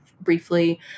briefly